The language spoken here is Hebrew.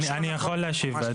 אני יכול להשיב.